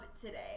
today